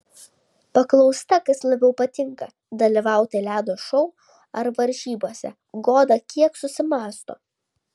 paklausta kas labiau patinka dalyvauti ledo šou ar varžybose goda kiek susimąsto